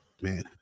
man